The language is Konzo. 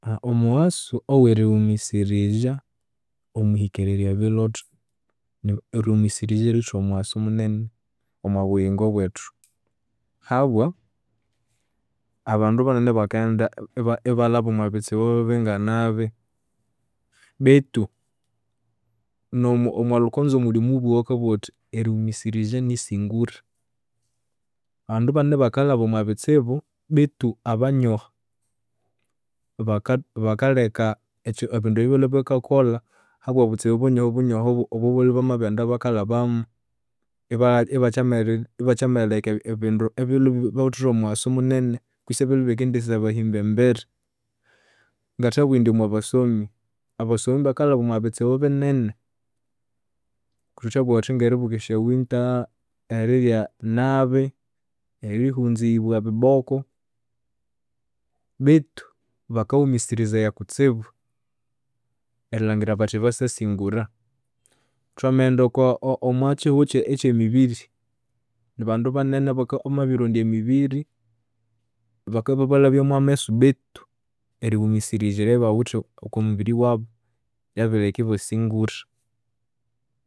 Omughasu owerighumisirizya erihikererya ebilhotho. Erighumisirizya liwithe omughasu munene omwabuyingo bwethu, habwa abandu banene bakaghenda iba- ibalhaba omwabitsibu binganabi betu nomo omwalhukonzo muli omubughe owakabugha athi erighumisirizya nisingura. Abandu banene bakalhaba omwabitsibu betu abanyoho baka bakaleka ekyi ebindu ebyabalhwe bakakolha habwobutsibu bunyohobunyoho obwabalhwe ibamabirighenda bakalhabu, ibakyami eri- ibakyama erileka ebindu ebilhwe bibawithire omughasu munene, kwisi ebilhwe bikendisyabahimba embere. Ngathabugha indi omwabasomi, abasomi bakalhaba omwabitsibu binene, thabugha thuthi ngeribuka esya winter, erirya nabi, erihunzibwa ebiboko, betu bakaghumisirizaya kutsibu erilhangira bathi basasingura. Thwamaghenda okwo omwakyihugho ekyemibiri, nibandu banene abamabirirondya emibiri, bakalhwahu ibabalhabyamu amesu betu erighumisirizya eryabawithe okwamubiri wabu lyabirileka ibasingura.